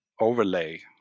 overlay